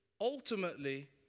ultimately